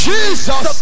Jesus